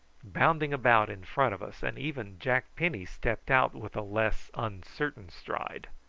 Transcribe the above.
bounding about in front of us, and even jack penny stepped out with a less uncertain stride.